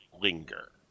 linger